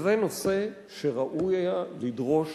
שזה נושא שראוי היה לדרוש